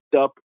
up